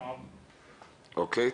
אוקיי.